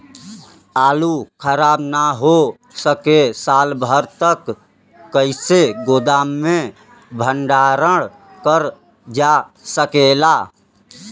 आलू खराब न हो सके साल भर तक कइसे गोदाम मे भण्डारण कर जा सकेला?